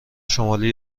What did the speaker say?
شمالی